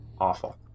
Awful